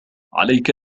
عليك